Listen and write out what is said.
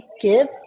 give